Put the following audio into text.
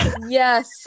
Yes